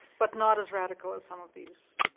but not as radical as some of these